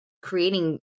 creating